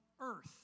Earth